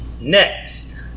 Next